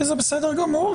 כי זה בסדר גמור.